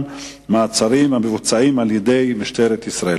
פנים ביום ח' באב התשס"ט (29 ביולי